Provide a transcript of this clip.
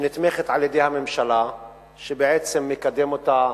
שנתמכת על-ידי הממשלה ובעצם מקדם אותה